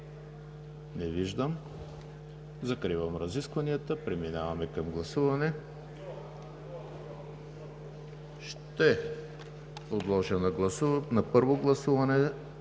Не виждам. Закривам разискванията. Преминаваме към гласуване. Ще подложа на първо гласуване